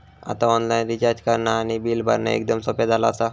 आता online recharge करणा आणि बिल भरणा एकदम सोप्या झाला आसा